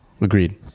Agreed